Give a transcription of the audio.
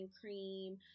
cream